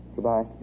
Goodbye